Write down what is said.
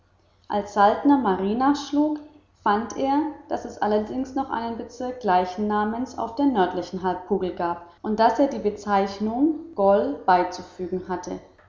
als saltner mari nachschlug fand er daß es allerdings noch einen bezirk gleichen namens auf der nördlichen halbkugel gab und daß er die bezeichnung gol beizufügen hatte